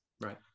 right